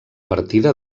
partida